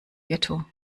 getto